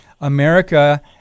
America